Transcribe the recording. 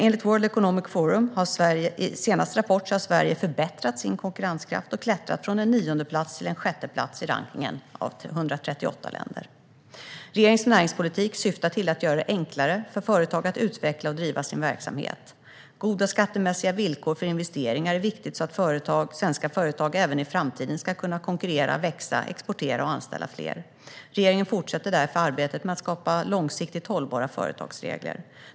Enligt World Economic Forums senaste rapport har Sverige förbättrat sin konkurrenskraft och klättrat från en niondeplats till en sjätteplats i rankningen av 138 länder. Regeringens näringspolitik syftar till att göra det enklare för företag att utveckla och driva sin verksamhet. Goda skattemässiga villkor för investeringar är viktigt så att svenska företag även i framtiden ska kunna konkurrera, växa, exportera och anställa fler. Regeringen fortsätter därför arbetet med att skapa långsiktigt hållbara företagsregler.